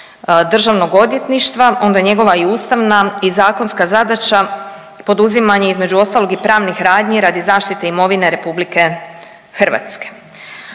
Državnog odvjetništva onda njega i ustavna i zakonska zadaća poduzimanje između ostalog i pravnih radnji radi zaštite imovine RH, ali Državno